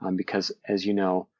um because as you know,